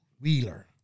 Wheeler